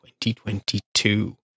2022